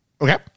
Okay